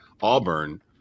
Auburn